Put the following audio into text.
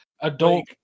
adult